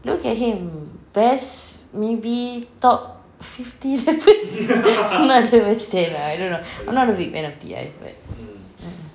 look at him best maybe top fifty rappers I don't know what to say lah I don't know I'm not a great fan of T_I but mm